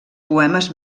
poemes